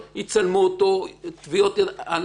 יצלמו אותו, ייקחו לו טביעות ידיים.